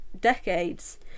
decades